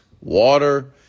water